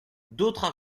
d’autres